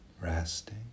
resting